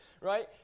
right